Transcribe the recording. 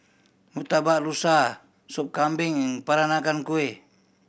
Murtabak Rusa Sop Kambing and Peranakan Kueh